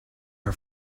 her